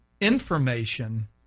information